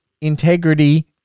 integrity